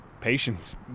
patience